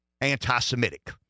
anti-Semitic